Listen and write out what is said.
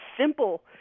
simple